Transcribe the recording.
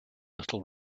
little